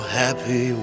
happy